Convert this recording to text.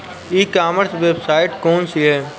ई commerce website कौन सी है?